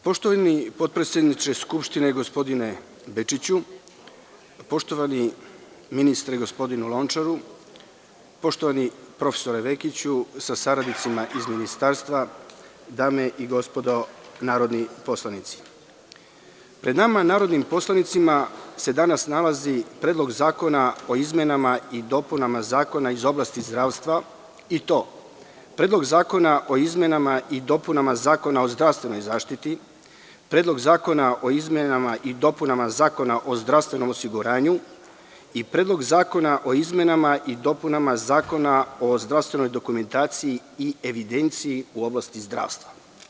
Poštovani potpredsedniče Skupštine, gospodine Bečiću, poštovani ministre, gospodine Lončar, poštovani profesore Vekiću sa saradnicima iz ministarstva, dame i gospodo narodni poslanici, pred nama narodnim poslanicima se danas nalaze predlozi zakona o izmenama i dopunama zakona iz oblasti zdravstva, i to Predlog zakona o izmenama i dopuna Zakona o zdravstvenoj zaštiti, Predlog zakona o izmenama i dopunama Zakona o zdravstvenom osiguranju i Predlog zakona o izmenama i dopunama Zakona o zdravstvenoj dokumentaciji i evidenciji u oblasti zdravstva.